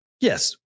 Yes